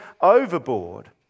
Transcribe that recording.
overboard